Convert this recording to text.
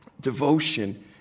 devotion